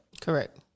Correct